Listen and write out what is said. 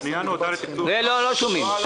הפנייה נועדה --- רגע, לא שומעים.